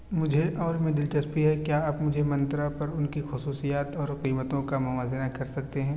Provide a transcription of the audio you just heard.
مجھے اور میں دلچسپی ہے کیا آپ مجھے منترا پر ان کی خصوصیات اور قیمتوں کا موازنہ کر سکتے ہیں